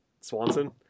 Swanson